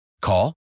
Call